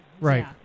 right